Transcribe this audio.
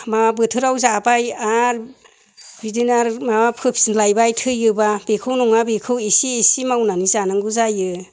मा बोथोराव जाबाय आरो बिदिनो आरो माबा फोफिनलायबाय थैयोबा बेखौ नङा बैखौ इसे इसे मावनानै जानांगौ जायो